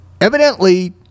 evidently